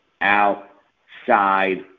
outside